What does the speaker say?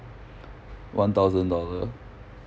one thousand dollar